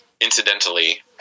incidentally